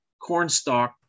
Cornstalk